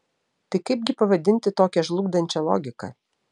tai kaipgi pavadinti tokią žlugdančią logiką